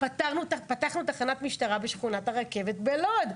"פתחנו תחנת משטרה בשכונת הרכבת בלוד".